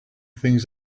things